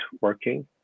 working